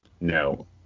No